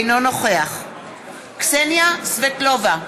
אינו נוכח קסניה סבטלובה,